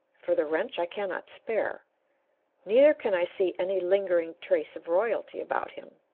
for the wrench i cannot spare neither can i see any lingering trace of royalty about him,